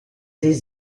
des